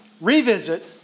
revisit